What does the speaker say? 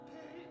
Pay